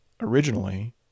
originally